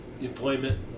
Employment